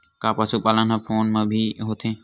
का पशुपालन ह फोन म भी होथे?